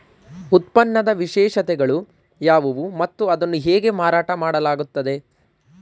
ಉತ್ಪನ್ನದ ವಿಶೇಷತೆಗಳು ಯಾವುವು ಮತ್ತು ಅದನ್ನು ಹೇಗೆ ಮಾರಾಟ ಮಾಡಲಾಗುತ್ತದೆ?